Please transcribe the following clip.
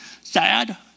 sad